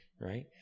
right